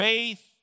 Faith